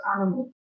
animal